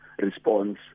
response